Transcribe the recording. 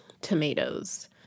tomatoes